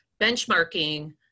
benchmarking